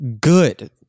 good